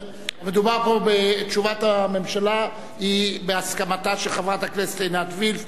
תשובת הממשלה היא בהסכמת חברת הכנסת עינת וילף,